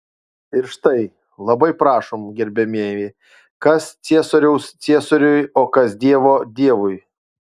ir štai labai prašom gerbiamieji kas ciesoriaus ciesoriui o kas dievo dievui